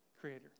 creator